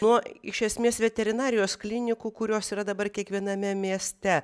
nuo iš esmės veterinarijos klinikų kurios yra dabar kiekviename mieste